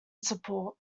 support